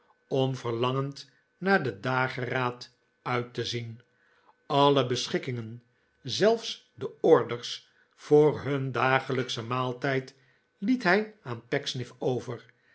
om verlangend naar den dageraad uit te zien alle beschikkingen zelfs de orders voor hun dagelijkschen maaltijd het hij aan pecksniff over